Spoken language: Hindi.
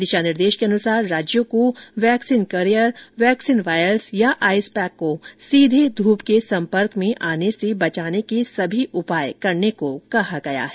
दिशा निर्देश के अनुसार राज्यों को वैक्सीन कैरियर वैक्सीन वायल्स या आइसपैक को सीधे धूप के संपर्क में आने से बचाने के सभी उपाय करने को कहा गया है